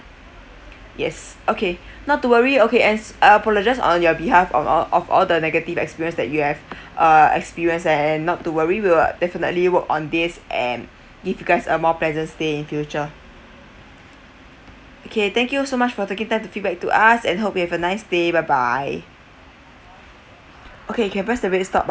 yes okay not to worry okay as apologise on your behalf of our of all the negative experience that you have uh experience and not to worry we will definitely work on this and give you guys a more pleasant days in future okay thank you so much for taking time to feedback to us and hope you have a nice day bye bye okay can press the stop